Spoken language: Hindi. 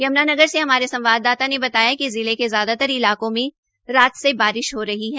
यमुनानगर में हमारे संवाददाता ने बताया कि जिले के ज्यादातर इलाकों में रात से बारिश हो रही है